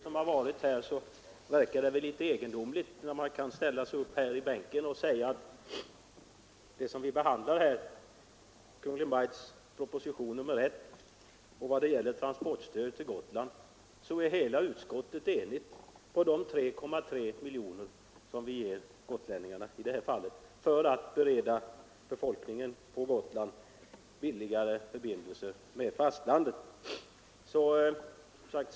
Fru talman! Efter den debatt som förts verkar det litet egendomligt att man inleder ett replikskifte om transportstödet till Gotland. Hela utskottet står enigt bakom yrkandet om 3,3 miljoner kronor i transportstöd till gotlänningarna för att bereda dessa möjlighet till billigare förbindelser med fastlandet.